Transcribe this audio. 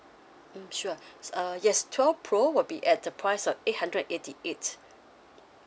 mm sure it's uh yes twelve pro will be at the price of eight hundred and eighty eight